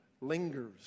lingers